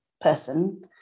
person